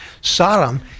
Sodom